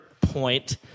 point